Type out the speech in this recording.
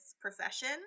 profession